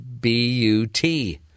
B-U-T